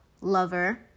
lover